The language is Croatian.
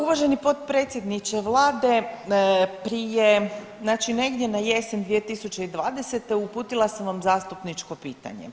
Uvaženi potpredsjedniče Vlade prije znači negdje na jesen 2020. uputila sam vam zastupničko pitanje.